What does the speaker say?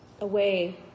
away